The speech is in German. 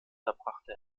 verbrachte